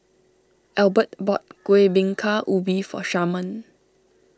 Elbert bought Kueh Bingka Ubi for Sharman